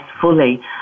fully